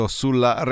sulla